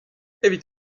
evit